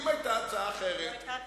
אם היתה הצעה אחרת, לא היתה התניה.